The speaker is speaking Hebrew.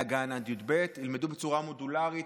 שמהגן עד י"ב ילמדו בצורה מודולרית,